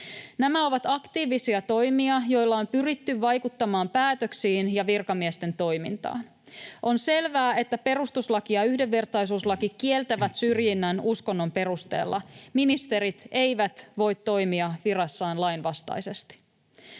Nämä ovat aktiivisia toimia, joilla on pyritty vaikuttamaan päätöksiin ja virkamiesten toimintaan. On selvää, että perustuslaki ja yhdenvertaisuuslaki kieltävät syrjinnän uskonnon perusteella. Ministerit eivät voi toimia virassaan lainvastaisesti.